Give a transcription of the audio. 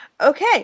Okay